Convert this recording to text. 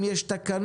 אם יש תקנות